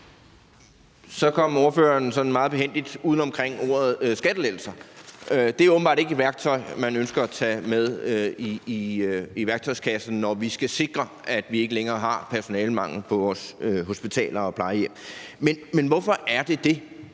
Så kom ordføreren sådan meget behændigt uden om ordet skattelettelser. Det er åbenbart ikke et værktøj, man ønsker at tage med i værktøjskassen, når vi skal sikre, at vi ikke længere har personalemangel på vores hospitaler og plejehjem. Men hvorfor er det sådan?